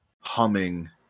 humming